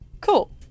cool